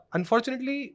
Unfortunately